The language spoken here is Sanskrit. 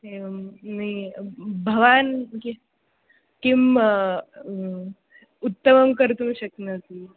एवं न भवान् किं किम् उत्तमं कर्तुं शक्नोति